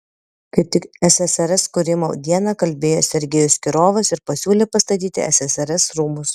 kaip tik ssrs kūrimo dieną kalbėjo sergejus kirovas ir pasiūlė pastatyti ssrs rūmus